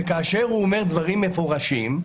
כאשר הוא אומר דברים מפורשים,